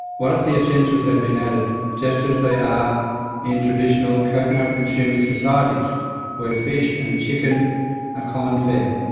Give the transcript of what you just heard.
what if the essentials had been added, just as they are in traditional coconut-consuming societies where fish and chicken are common fare?